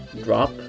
drop